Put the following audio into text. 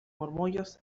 murmullos